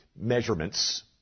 measurements